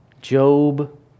Job